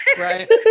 Right